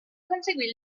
conseguì